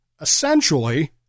essentially